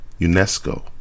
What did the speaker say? unesco